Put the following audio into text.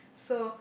so